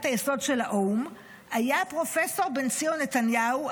היסוד של האו"ם היה פרופ' בן ציון נתניהו,